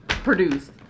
produced